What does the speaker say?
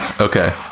Okay